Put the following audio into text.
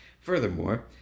Furthermore